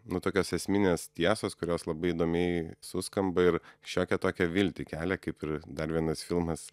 nu tokios esminės tiesos kurios labai įdomiai suskamba ir šiokią tokią viltį kelia kaip ir dar vienas filmas